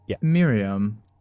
miriam